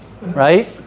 Right